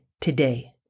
today